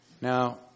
Now